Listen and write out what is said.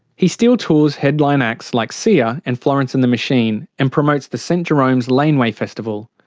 he still tours headline acts like sia and florence and the machine and promotes the st jerome's laneway festival.